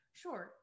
sure